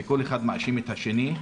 וכל אחד מאשים את השני.